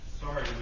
sorry